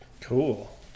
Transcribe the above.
Cool